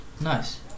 nice